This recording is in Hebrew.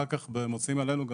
אחר כך מוציאים עלינו,